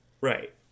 right